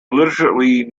literally